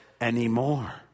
anymore